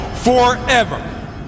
Forever